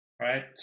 Right